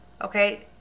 Okay